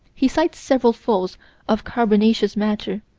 he cites several falls of carbonaceous matter,